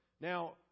now